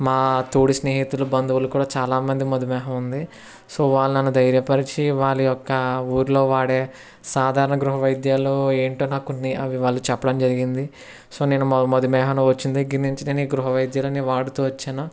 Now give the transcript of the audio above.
మా తోటి స్నేహితులు బంధువులు కూడా చాలామంది మధుమేహం ఉంది సో వాళ్ళని ధైర్యపరిచి వాళ్ళ యొక్క ఊళ్ళో వాడే సాధారణ గృహవైద్యాలు ఏంటో నాకు కొన్ని వాళ్ళు చెప్పడం జరిగింది సో నేను మధు మధుమేహం వచ్చిన దగ్గర నుంచి ఈ గృహ వైద్యాలు అన్నీ వాడుతు వచ్చాను